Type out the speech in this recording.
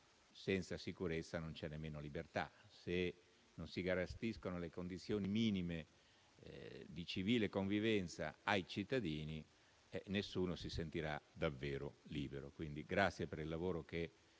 senza sicurezza non c'è nemmeno libertà e, se non si garantiscono le condizioni minime di civile convivenza ai cittadini, nessuno si sentirà davvero libero. La ringraziamo, quindi, per il lavoro che